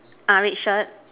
ah red shirt